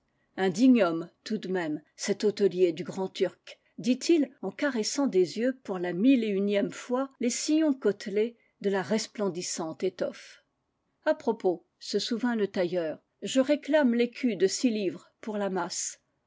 homme tout de même cet hôtelier du grandturc fit-il en caressant des yeux pour la mille et unième fois les sillons côtelés de la resplendissante étoffe a propos se souvint le tailleur je réclame l'écu de six livres pour la masse